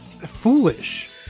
foolish